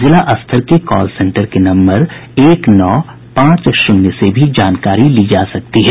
जिला स्तर के कॉल सेंटर के नम्बर एक नौ पांच शून्य से भी जानकारी ली जा सकती है